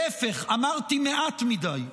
להפך, אמרתי מעט מדי.